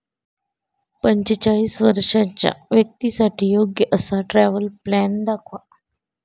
पंचेचाळीस वर्षांच्या व्यक्तींसाठी योग्य असा ट्रॅव्हल प्लॅन दाखवा